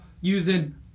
using